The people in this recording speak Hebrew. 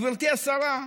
גברתי השרה,